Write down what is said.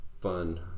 fun